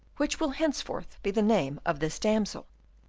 which will henceforth be the name of this damsel.